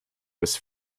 was